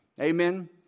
Amen